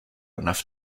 enough